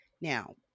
now